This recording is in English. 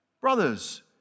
Brothers